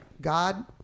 God